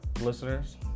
listeners